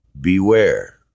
Beware